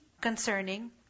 concerning